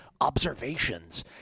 Observations